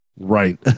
Right